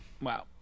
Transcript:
Wow